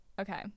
Okay